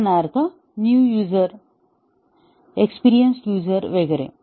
उदाहरणार्थ new user experienced user वगैरे